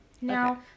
Now